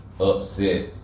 Upset